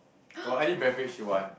for any beverage you want